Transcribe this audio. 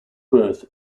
birth